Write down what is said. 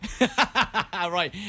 Right